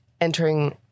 Entering